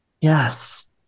Yes